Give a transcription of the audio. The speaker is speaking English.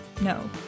No